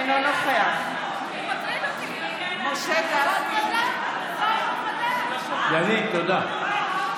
אינו נוכח משה גפני, בעד מאי גולן, מאי גולן,